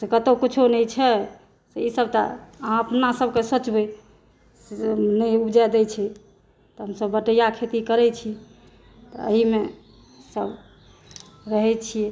कतौ किछो नहि छै ई सब तऽ अहाँ अपनासब के सोचबइ ने ऊपजै दै छै तऽ हमसब बटैया खेती करै छी तऽ एहि मे सब रहै छी